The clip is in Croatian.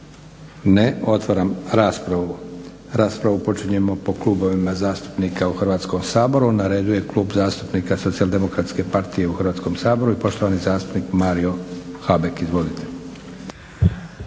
Ne. Otvaram raspravu. Raspravu počinjemo po klubovima zastupnika u Hrvatskom saboru. Na redu je Klub zastupnika SDP-a u Hrvatskom saboru i poštovani zastupnik Mario Habek. Izvolite.